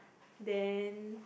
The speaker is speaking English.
then